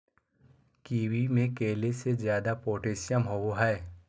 kiwi में केले से ज्यादा पोटेशियम होबो हइ